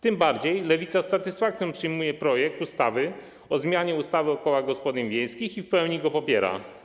Tym bardziej Lewica z satysfakcją przyjmuje projekt ustawy o zmianie ustawy o kołach gospodyń wiejskich i w pełni go popiera.